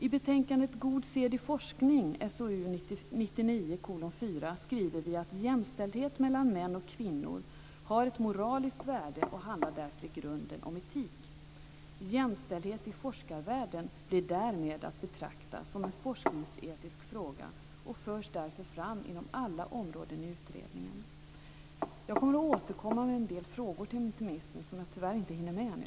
I betänkandet God sed i forskningen, SOU 1999:4, skriver vi att jämställdhet mellan män och kvinnor har ett moraliskt värde och därför i grunden handlar om etik. Jämställdhet i forskarvärlden blir därmed att betrakta som en forskningsetisk fråga och förs därför fram inom alla områden i utredningen. Jag kommer att återkomma med en del frågor till ministern som jag tyvärr inte hinner med nu.